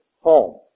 home